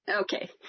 okay